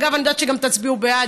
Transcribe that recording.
אגב, אני יודעת שגם תצביעו בעד.